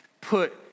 put